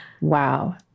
Wow